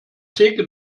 theke